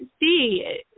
see